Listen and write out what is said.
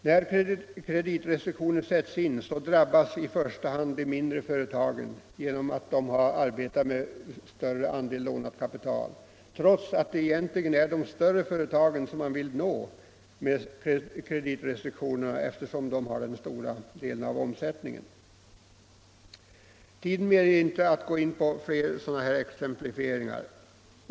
När kreditrestriktioner sätts in drabbas i första hand de mindre företagen genom att de har arbetat med större andel lånat kapital — trots att det är de större företagen som man vill nå med kreditrestriktionerna, eftersom de har den större delen av omsättningen. Tiden medger inte att jag går in på flera sådana exemplifieringar.